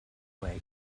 way